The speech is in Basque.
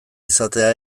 izatea